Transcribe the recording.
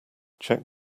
check